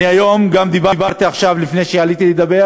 אני גם דיברתי היום, עכשיו, לפני שעליתי לדבר,